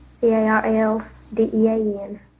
C-A-R-L-D-E-A-N